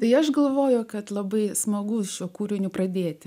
tai aš galvoju kad labai smagu šiuo kūriniu pradėti